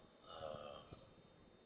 uh